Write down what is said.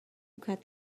got